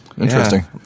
interesting